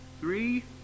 three